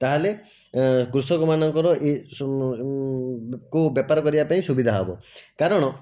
ତାହେଲେ କୃଷକମାନଙ୍କର ଏ ବେପାର କରିବା ପାଇଁ ସୁବିଧା ହବ କାରଣ